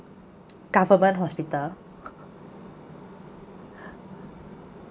government hospital